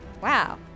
Wow